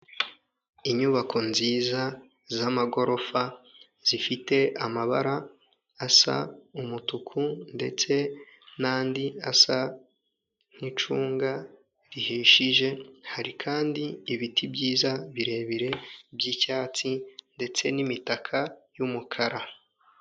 Inyubako nziza z'amagorofa zifite amabara asa umutuku ndetse n'andi asa nk'icunga rihishije, hari kandi ibiti byiza birebire by'icyatsi ndetse n'imitaka y'umukara.